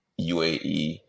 UAE